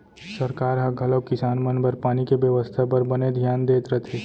सरकार ह घलौक किसान मन बर पानी के बेवस्था बर बने धियान देत रथे